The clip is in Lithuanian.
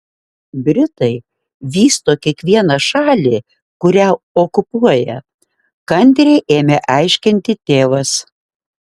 britai vysto kiekvieną šalį kurią okupuoja kantriai ėmė aiškinti tėvas